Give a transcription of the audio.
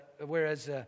whereas